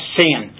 sin